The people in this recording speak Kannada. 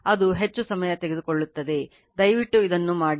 ಅದು ಹೆಚ್ಚು ಸಮಯ ತೆಗೆದುಕೊಳ್ಳುತ್ತದೆ ದಯವಿಟ್ಟು ಇದನ್ನು ಮಾಡಿ